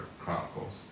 Chronicles